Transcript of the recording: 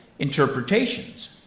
interpretations